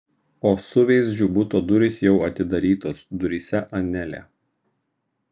o suveizdžių buto durys jau atidarytos duryse anelė